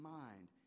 mind